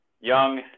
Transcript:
young